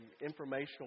informational